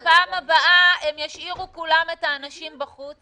אבל בפעם הבאה הם כולם ישאירו את האנשים בחוץ.